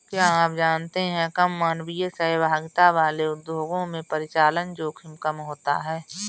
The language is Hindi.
क्या आप जानते है कम मानवीय सहभागिता वाले उद्योगों में परिचालन जोखिम कम होता है?